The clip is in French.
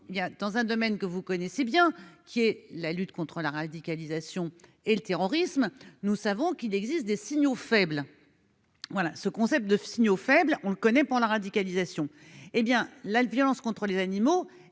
dans un domaine que vous connaissez bien, qui est la lutte contre la radicalisation et le terrorisme, nous savons qu'il existe des signaux faibles. Voilà, ce concept de signaux faibles, on ne connaît pour la radicalisation, hé bien la violence contre les animaux